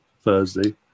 Thursday